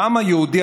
לעם היהודי,